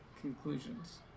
conclusions